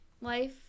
life